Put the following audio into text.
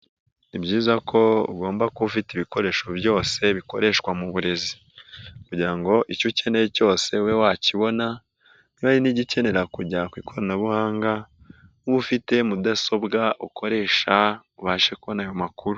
Ni byiza ko ugomba kuba ufite ibikoresho byose bikoreshwa mu burezi, kugira ngo icyo ukeneye cyose ube wakibona, n'igikenera kujya ku ikoranabuhanga, ube ufite mudasobwa ukoresha ubashe kubona ayo makuru.